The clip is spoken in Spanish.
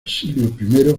siglo